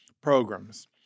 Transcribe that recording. programs